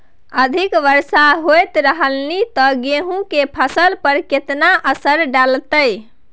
अधिक वर्षा होयत रहलनि ते गेहूँ के फसल पर केतना असर डालतै?